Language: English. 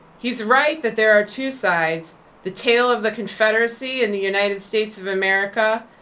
he's right that there are two sides the tale of the confederacy and the united states of america,